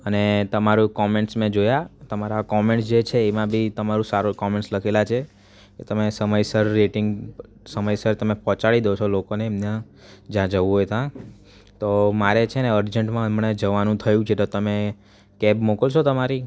અને તમારું કોમેન્ટ્સ મેં જોયાં તમારાં કોમેન્ટ્સ જે છે એમાં બી તમારું સારો કોમેન્ટ્સ લખેલા છે તો તમે સમયસર રેટિંગ સમયસર તમે પહોંચાડી દો છો લોકોને એમના જ્યાં જવુ હોય ત્યાં તો મારે છે ને અર્જન્ટમાં હમણાં જવાનું થયું છે તો તમે કેબ મોકલશો તમારી